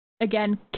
again